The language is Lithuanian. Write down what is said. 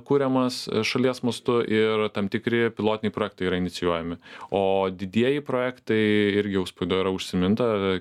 kuriamas šalies mastu ir tam tikri pilotiniai projektai yra inicijuojami o didieji projektai irgi jau spaudoj yra užsiminta